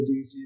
DC